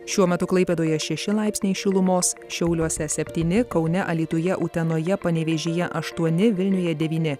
šiuo metu klaipėdoje šeši laipsniai šilumos šiauliuose septyni kaune alytuje utenoje panevėžyje aštuoni vilniuje devyni